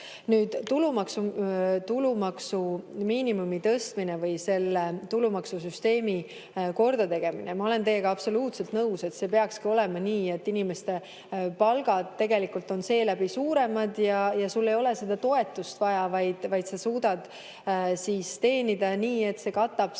Nüüd, tulumaksuvaba miinimumi tõstmine või tulumaksusüsteemi kordategemine. Ma olen teiega absoluutselt nõus, et peakski olema nii, et inimeste palgad tegelikult on seeläbi suuremad ja neil ei ole toetust vaja, vaid nad suudavad teenida nii palju, et see katab